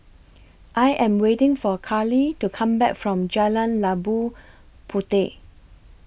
I Am waiting For Carley to Come Back from Jalan Labu Puteh